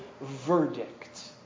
verdict